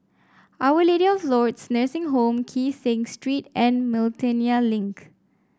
Our Lady of Lourdes Nursing Home Kee Seng Street and Miltonia Link